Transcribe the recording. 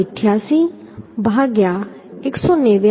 37 બરાબર 2